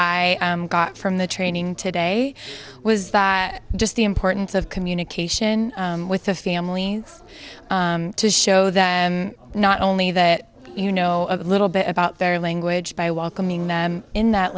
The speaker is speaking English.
i got from the training today was just the importance of communication with the family to show them not only that you know a little bit about their language by welcoming them in that